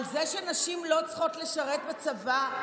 על זה שנשים לא צריכות לשרת בצבא,